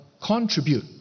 contribute